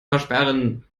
versperren